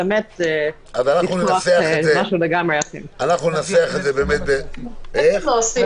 --- אנחנו ננסח את זה --- ב-(35) וב-(36) צריך להשאיר,